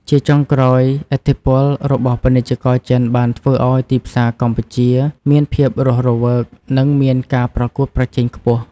ជាចុងក្រោយ ឥទ្ធិពលរបស់ពាណិជ្ជករចិនបានធ្វើឱ្យទីផ្សារកម្ពុជាមានភាពរស់រវើកនិងមានការប្រកួតប្រជែងខ្ពស់។